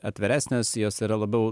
atviresnės jos yra labiau